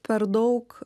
per daug